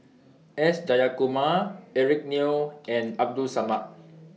S Jayakumar Eric Neo and Abdul Samad